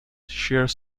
share